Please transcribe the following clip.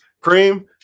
cream